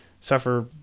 suffer